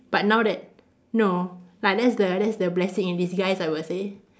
but now that no like that's the that's the blessing in disguise I would say